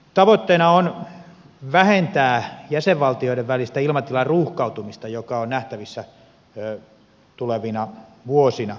tavoitteena on vähentää jäsenvaltioiden välistä ilmatilan ruuhkautumista joka on nähtävissä tulevina vuosina